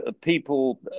people